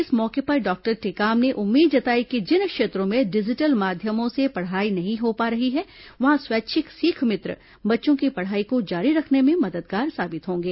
इस मौके पर डॉक्टर टेकाम ने उम्मीद जताई कि जिन क्षेत्रों में डिजिटल माध्यमों से पढ़ाई नहीं हो पा रही है वहां स्वैच्छिक सीख मित्र बच्चों की पढ़ाई को जारी रखने में मददगार साबित होंगे